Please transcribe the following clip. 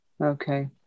Okay